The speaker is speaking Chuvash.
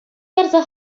ярса